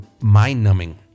mind-numbing